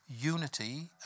unity